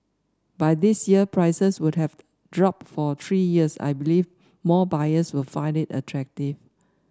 by this year prices would have dropped for three years I believe more buyers will find it attractive